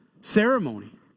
ceremony